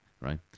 right